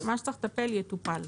מה שצריך לטפל יטופל.